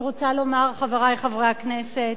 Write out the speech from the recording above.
אני רוצה לומר, חברי חברי הכנסת,